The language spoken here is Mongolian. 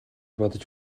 бодож